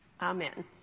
Amen